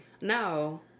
no